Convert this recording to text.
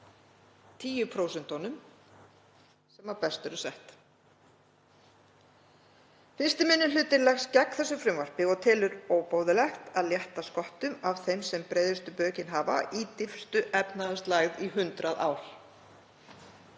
10% sem best eru sett. „Fyrsti minni hluti leggst gegn þessu frumvarpi og telur óboðlegt að létta sköttum af þeim sem breiðustu bökin hafa í dýpstu efnahagslægð í 100 ár.